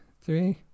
three